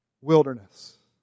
wilderness